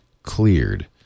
Cleared